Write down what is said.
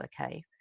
Okay